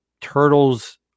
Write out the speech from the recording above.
turtle's